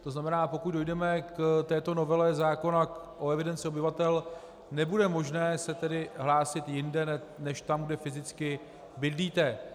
To znamená, pokud dojdeme k této novele zákona o evidenci obyvatel, nebude možné se tedy hlásit jinde než tam, kde fyzicky bydlíte.